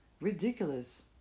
Ridiculous